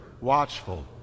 watchful